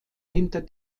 hinter